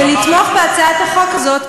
ולתמוך בהצעת החוק הזאת,